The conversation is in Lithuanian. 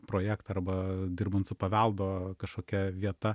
projektą arba dirbant su paveldo kažkokia vieta